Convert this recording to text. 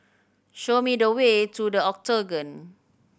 show me the way to The Octagon